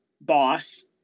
boss